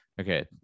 Okay